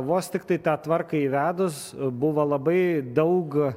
vos tiktai tą tvarką įvedus buvo labai daug